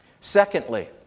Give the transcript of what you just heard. Secondly